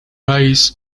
eyes